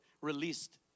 released